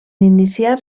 iniciar